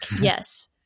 yes